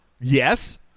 yes